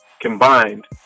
combined